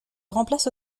remplace